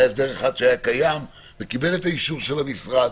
היה הסדר אחד שהיה קיים וקיבל את האישור של המשרד